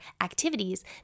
activities